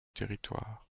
territoire